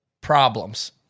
problems